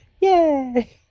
yay